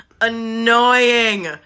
annoying